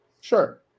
Sure